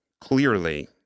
clearly